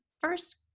first